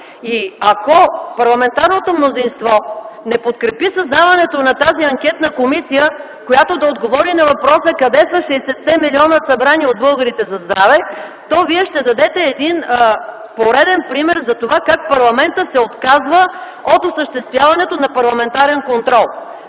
Ако парламентарното мнозинство не подкрепи създаването на тази анкетна комисия, която да отговори на въпроса: къде са 60-те милиона, събрани от българите за здраве, то вие ще дадете пореден пример за това как парламентът се отказва от осъществяването на парламентарен контрол.